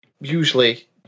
usually